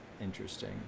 interesting